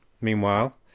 meanwhile